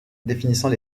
définissant